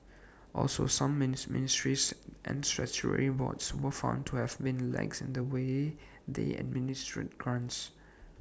also some ministries and statutory boards were found to have been lax in the way they administered grants